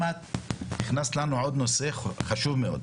גם את הכנסת לנו עוד נושא חשוב מאוד.